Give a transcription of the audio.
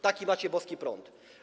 Taki macie boski prąd.